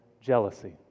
jealousy